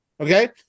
Okay